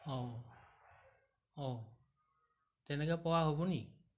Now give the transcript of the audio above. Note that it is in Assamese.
অ অ তেনেকে পোৱা হ'ব নি